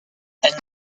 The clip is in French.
elle